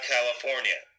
California